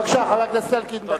בבקשה, חבר הכנסת אלקין, דקה אחת.